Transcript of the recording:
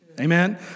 Amen